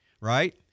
right